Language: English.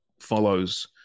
follows